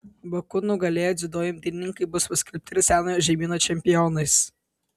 baku nugalėję dziudo imtynininkai bus paskelbti ir senojo žemyno čempionais